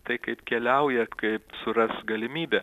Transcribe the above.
tai kaip keliauja kaip suras galimybę